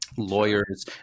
lawyers